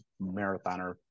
marathoner